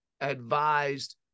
advised